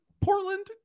portland